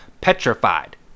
petrified